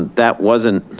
and that wasn't